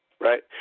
Right